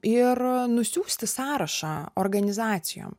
ir nusiųsti sąrašą organizacijom